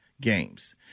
games